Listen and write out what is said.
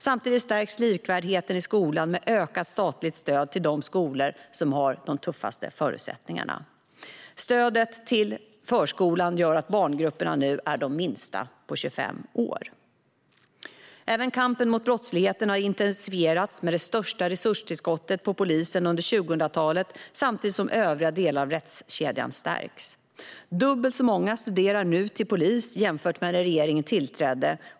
Samtidigt stärks likvärdigheten i skolan med ökat statligt stöd till de skolor som har de tuffaste förutsättningarna, och stödet till förskolan gör att barngrupperna nu är de minsta på 25 år. Även kampen mot brottsligheten har intensifierats med det största resurstillskottet till polisen under 2000-talet samtidigt som övriga delar av rättskedjan stärks. Dubbelt så många studerar nu till polis jämfört med när regeringen tillträdde.